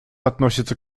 относится